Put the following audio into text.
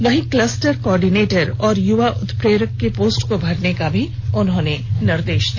वहीं cluster coordinator और युवा उत्प्रेरक के पोस्ट को भरने का निर्देश दिया